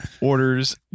orders